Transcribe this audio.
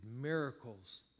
miracles